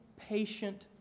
patient